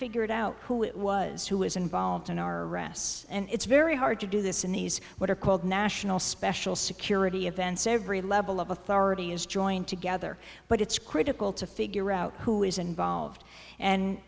figured out who it was who was involved in our arrests and it's very hard to do this in these what are called national special security events every level of authority is joined together but it's critical to figure out who is involved and